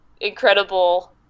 incredible